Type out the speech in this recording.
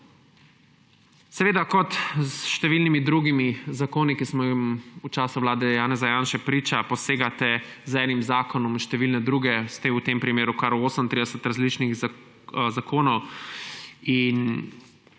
Seveda kot s številnimi drugimi zakoni, ki smo jim v času vlade Janeza Janše priča, posegate z enim zakonom v številne druge, v tem primeru kar v 38 različnih zakonov in